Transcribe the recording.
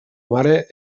mare